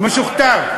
משוכתב.